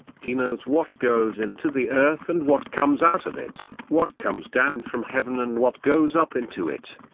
he knows what goes into the earth and what comes out of it, what comes down from heaven and what goes up into it.